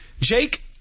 Jake